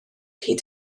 hyd